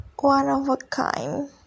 one-of-a-kind